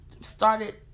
started